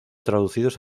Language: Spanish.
traducidos